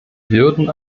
würden